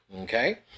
okay